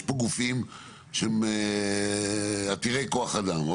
יש פה גופים שהם עתידי כוח אדם,